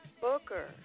Booker